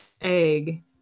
egg